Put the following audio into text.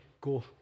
go